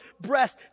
breath